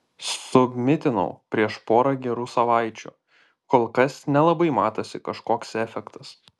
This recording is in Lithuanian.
submitinau prieš pora gerų savaičių kol kas nelabai matosi kažkoks efektas